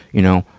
you know,